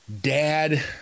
dad